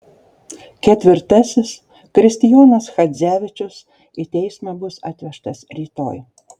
ketvirtasis kristijonas chadzevičius į teismą bus atvežtas rytoj